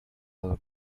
our